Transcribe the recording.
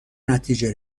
نتیجه